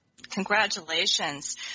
Congratulations